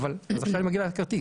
אני מגיע לכרטיס.